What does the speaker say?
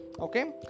okay